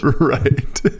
Right